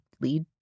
lead